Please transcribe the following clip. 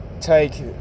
take